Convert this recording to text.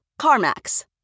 CarMax